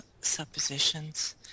suppositions